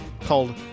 called